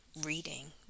reading